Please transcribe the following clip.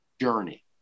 journey